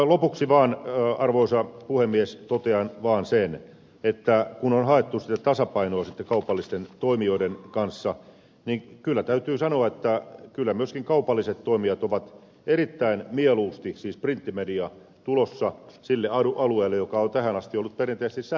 lopuksi arvoisa puhemies totean vaan sen että kun on haettu sitä tasapainoa kaupallisten toimijoiden kanssa niin kyllä täytyy sanoa että kyllä myöskin kaupalliset toimijat ovat erittäin mieluusti siis printtimedia tulossa sille alueelle joka on ollut perinteisesti sähköisen median aluetta